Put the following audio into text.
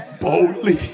boldly